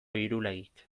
irulegik